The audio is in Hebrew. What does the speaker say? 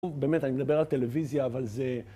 באמת, אני מדבר על טלוויזיה, אבל זה...